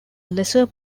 lesser